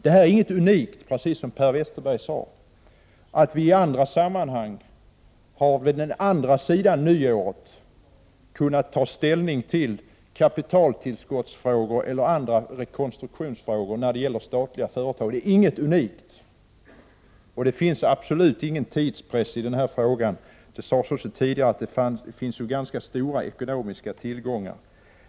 Det skulle inte vara något unikt, om vi i stället på andra sidan nyåret kunde ta ställning till frågor om kapitaltillskott eller andra rekonstruktionsfrågor när det gäller statliga företag. Det sade också Per Westerberg. Det finns absolut inget behov av tidspress. Det sades också tidigare att det finns ganska stora ekonomiska tillgångar.